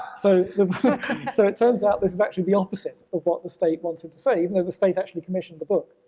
so so it turns out this is actually the opposite of what the state wants it to say, even though the state actually commissioned the book.